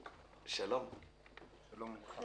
שלום גיל סלומון.